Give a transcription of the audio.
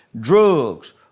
drugs